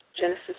Genesis